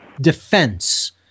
defense